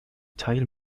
teil